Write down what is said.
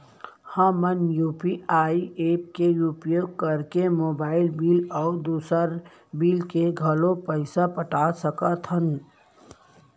हमन UPI app के उपयोग करके मोबाइल बिल अऊ दुसर बिल के घलो पैसा पटा सकत हन